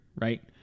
right